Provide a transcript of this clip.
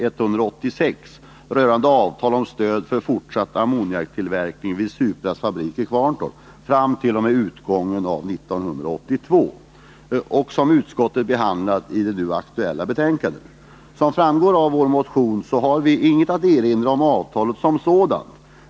Propositionen gäller avtal om stöd för fortsatt ammoniaktillverkning vid Supra AB:s fabrik i Kvarntorp t.o.m. utgången av 1982. Som framgår av vår motion har vi ingenting att erinra mot avtalet som sådant.